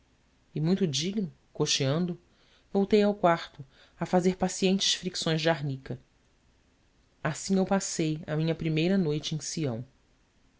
e muito digno coxeando voltei ao quarto a fazer pacientes fricções de arnica assim eu passei a minha primeira noite em sião